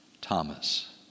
Thomas